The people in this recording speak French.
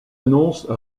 annonce